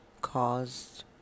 caused